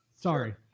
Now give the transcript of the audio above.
Sorry